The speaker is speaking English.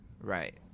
Right